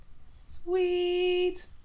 Sweet